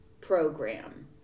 program